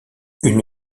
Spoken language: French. une